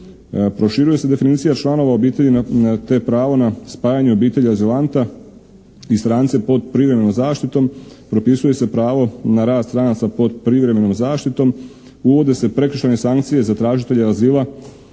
Proširuje se definicija članova obitelji te pravo na spajanje obitelji azilanta i strance pod privremenom zaštitom, propisuje se pravo na rad stranaca pod privremenom zaštitom, uvode se prekršajne sankcije za tražitelje azila